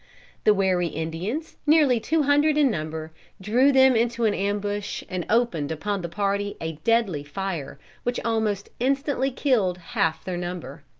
the wary indians, nearly two hundred in number, drew them into an ambush and opened upon the party a deadly fire which almost instantly killed half their number.